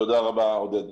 תודה רבה, עודד,